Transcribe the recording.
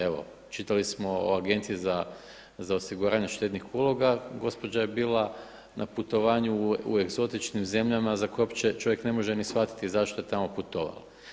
Evo čitali smo o Agenciji za osiguranje štednih uloga, gospođa je bila na putovanju u egzotičnim zemljama za koje uopće čovjek ne može ni shvatiti zašto je tamo putovala.